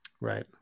Right